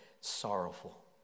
sorrowful